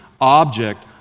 object